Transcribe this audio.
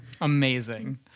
Amazing